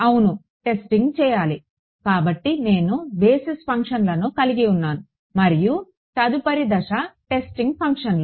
అవును టెస్టింగ్ చేయాలి కాబట్టి నేను బేసిస్ ఫంక్షన్లు కలిగి ఉన్నాను మరియు తదుపరి దశ టెస్టింగ్ ఫంక్షన్లు